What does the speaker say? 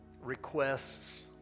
requests